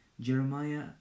Jeremiah